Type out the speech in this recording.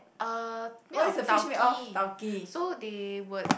uh made of tau kee so they would